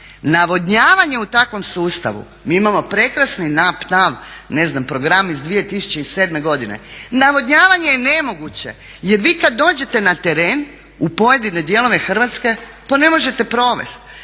Navodnjavanje u takvom sustavu, mi imamo prekrasni nap nav ne znam program iz 2007. godine. Navodnjavanje je nemoguće, jer vi kad dođete na teren u pojedine dijelove Hrvatske, pa ne možete provest.